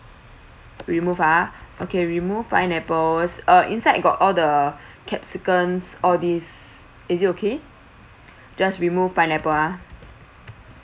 remove ah okay remove pineapples uh inside got all the capsicums all these is it okay just remove pineapple ah